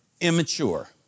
immature